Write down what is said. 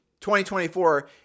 2024